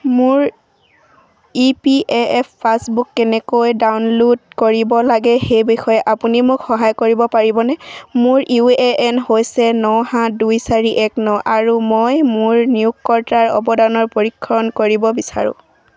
মোৰ E P A F passbook কেনেকৈ download কৰিব লাগে সেই বিষয়ে আপুনি মোক সহায় কৰিব পাৰিবনে মোৰ ইউ এ এন হৈছে ন সাত দুই চাৰি এক ন আৰু মই মোৰ নিয়োগকৰ্তাৰ অৱদানৰ পৰীক্ষণ কৰিব বিচাৰোঁ